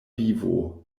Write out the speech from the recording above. vivo